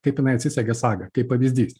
kaip jinai atsisegė sagą kaip pavyzdys